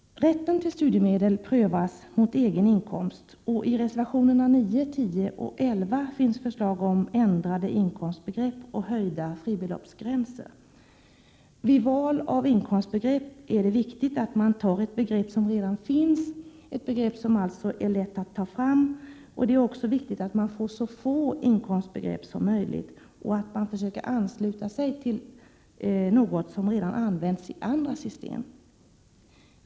Rätten till studiemedel prövas mot egen inkomst, och i reservationerna 9, 10 och 11 finns förslag om ändrade inkomstbegrepp och höjda fribeloppsgränser. Vid val av inkomstbegrepp är det viktigt att man tar ett begrepp som redan finns och som alltså är lätt att ta fram, och det är också viktigt att man får så få inkomstbegrepp som möjligt och att man ansluter sig till något som redan används i andra system.